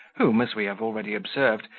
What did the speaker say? whom, as we have already observed,